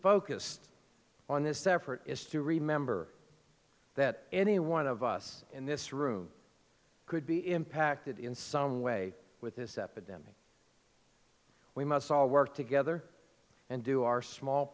focused on this effort is to remember that any one of us in this room could be impacted in some way with this epidemic we must all work together and do our small